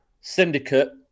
Syndicate